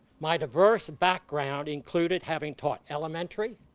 my diverse background included having taught elementary,